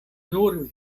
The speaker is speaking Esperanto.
nur